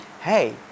Hey